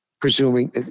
Presuming